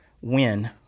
win—